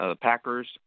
Packers